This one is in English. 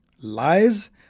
lies